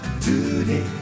today